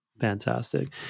Fantastic